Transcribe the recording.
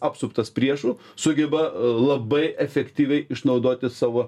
apsuptas priešų sugeba labai efektyviai išnaudoti savo